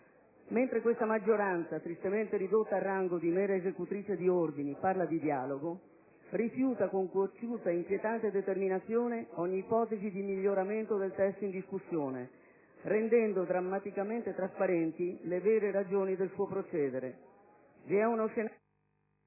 Mentre questa maggioranza - tristemente ridotta al rango di mera esecutrice di ordini - parla di dialogo, rifiuta con cocciuta e inquietante determinazione ogni ipotesi di miglioramento del testo in discussione, rendendo drammaticamente trasparenti le vere ragioni del suo procedere.